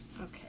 Okay